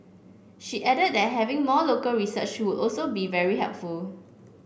she added that having more local research would also be very helpful